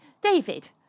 David